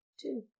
Two